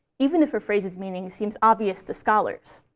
even if a phrase's meaning seems obvious to scholars.